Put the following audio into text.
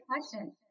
question